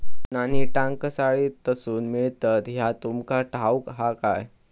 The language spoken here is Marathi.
नाणी टांकसाळीतसून मिळतत ह्या तुमका ठाऊक हा काय